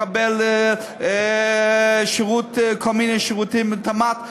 לקבל כל מיני שירותים מתמ"ת.